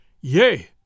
Yea